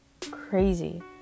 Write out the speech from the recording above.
crazy